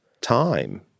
time